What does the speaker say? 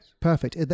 Perfect